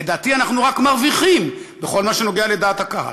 לדעתי אנחנו רק מרוויחים בכל מה שקשור לדעת הקהל,